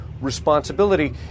responsibility